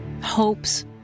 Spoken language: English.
hopes